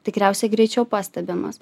tikriausiai greičiau pastebimas